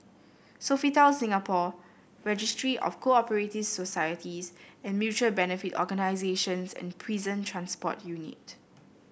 Sofitel Singapore Registry of Co operative Societies and Mutual Benefit Organisations and Prison Transport Unit